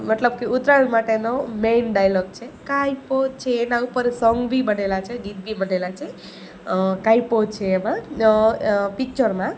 મતલબ કે ઉત્તરાયણ માટેનો મેન ડાયલોગ છે કાયપો છે એના ઉપર સોંગ બી બનેલાં છે ગીત બી બનેલાં છે કાયપો છે પર પિક્ચરમાં